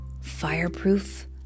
fireproof